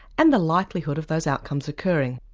and the likelihood of those outcomes occurring.